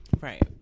Right